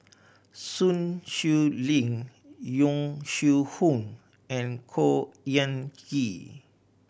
Sun Xueling Yong Shu Hoong and Khor Ean Ghee